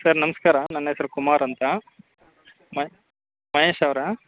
sir ನಮಸ್ಕಾರ ನನ್ನ ಹೆಸ್ರು ಕುಮಾರ್ ಅಂತ ಮಹೇಶ್ ಅವರಾ